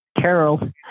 Carol